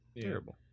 terrible